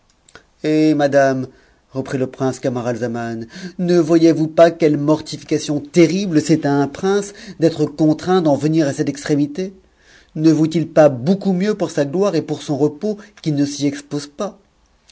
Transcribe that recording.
eh madame reprit le prince camaralzaman ne voyez-vous pas quelle mortification terrible c'est à un prince d'être contraint d'en venir à cette extrémité ne vaut-il pas beaucoup mieux pour sa gloire et pour son repos qu'il ne s'y expose pas